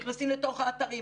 נכנסים לתוך האתרים.